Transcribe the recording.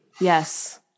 Yes